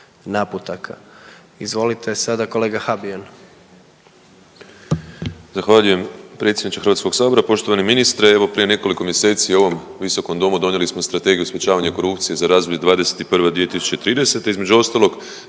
naputaka. Izvolite sada kolega Habijan.